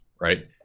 Right